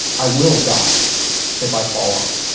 i will die if i fall off.